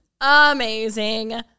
amazing